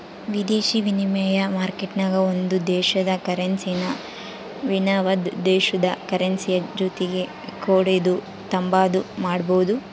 ವಿದೇಶಿ ವಿನಿಮಯ ಮಾರ್ಕೆಟ್ನಾಗ ಒಂದು ದೇಶುದ ಕರೆನ್ಸಿನಾ ಇನವಂದ್ ದೇಶುದ್ ಕರೆನ್ಸಿಯ ಜೊತಿಗೆ ಕೊಡೋದು ತಾಂಬಾದು ಮಾಡ್ಬೋದು